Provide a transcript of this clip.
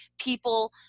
people